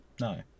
No